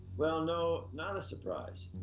well, no, not a surprise.